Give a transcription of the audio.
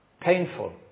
painful